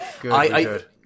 good